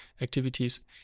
activities